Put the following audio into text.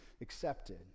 accepted